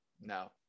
No